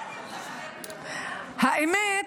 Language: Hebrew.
האמת,